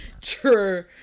True